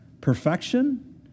perfection